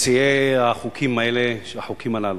מציעי החוקים הללו,